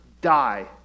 die